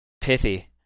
pithy